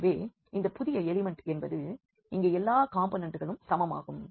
எனவே இந்த புதிய எலிமெண்ட் என்பது இங்கே எல்லா காம்போனெண்ட்களும் சமமாகும்